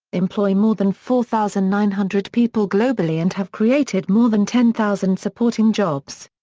employ more than four thousand nine hundred people globally and have created more than ten thousand supporting jobs.